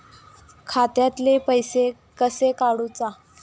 खात्यातले पैसे कशे काडूचा?